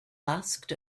asked